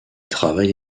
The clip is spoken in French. travaille